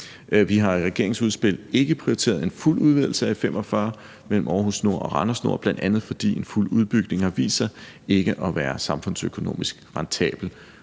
Vi har i regeringsudspillet ikke prioriteret en fuld udvidelse af E45 mellem Aarhus Nord og Randers Nord, bl.a. fordi en fuld udbygning har vist sig ikke at være samfundsøkonomisk rentabel.